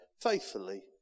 faithfully